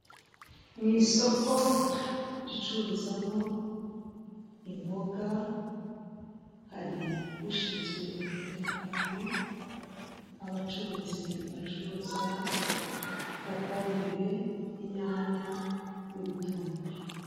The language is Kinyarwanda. Mu isoko ricururizamo imboga hari ushinzwe umutekano, abacuruzi bacuruza kokombure inyanya, n'ibitunguru.